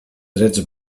drets